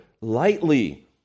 lightly